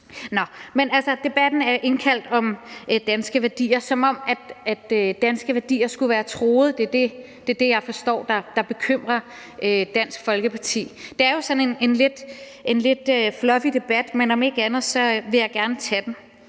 der er indkaldt til, handler om danske værdier, som om danske værdier skulle være truede – det er det, jeg forstår bekymrer Dansk Folkeparti. Det er jo sådan en lidt fluffy debat, men jeg vil gerne, om